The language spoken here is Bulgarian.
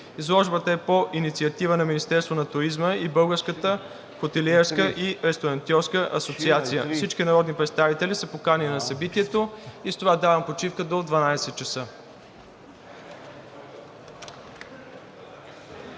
Изложбата е по инициатива на Министерството на туризма и Българската хотелиерска и ресторантьорска асоциация. Всички народни представители са поканени на събитието и с това давам почивка до 12,00 ч.